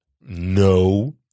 no